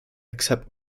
except